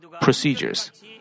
procedures